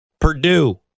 Purdue